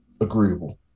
agreeable